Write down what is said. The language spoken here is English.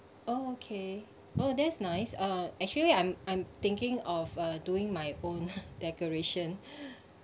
oh okay oh that's nice uh actually I'm I'm thinking of uh doing my own decoration